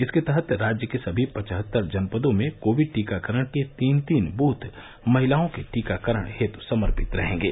इसके तहत राज्य के सभी पचहत्तर जनपदों में कोविड टीकाकरण के तीन तीन बूथ महिलाओं के टीकाकरण हेतु समर्पित रहेंगे